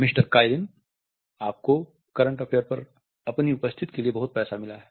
mister काइलिन आपको current affair पर अपनी उपस्थिति के लिए बहुत पैसा मिला है